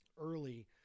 early